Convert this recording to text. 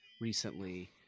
recently